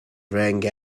rang